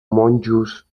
monjos